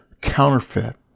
counterfeit